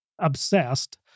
obsessed